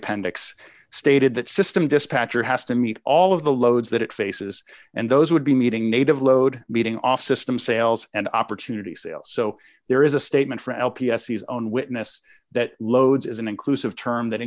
appendix stated that system dispatcher has to meet all of the loads that it faces and those would be meeting native load beating off system sales and opportunity sales so there is a statement from l p s his own witness that loads is an inclusive term that